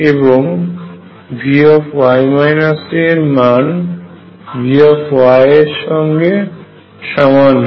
এবং V এর মান V এর সঙ্গে সমান হয়